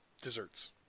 desserts